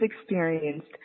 experienced